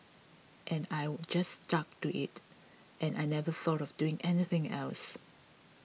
and I just stuck to it and I never thought of doing anything else